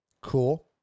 Cool